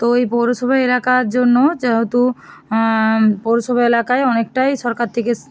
তো এই পৌরসভা এলাকার জন্য যেহতু পৌরসভা এলাকায় অনেকটাই সরকার থেকে